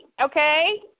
Okay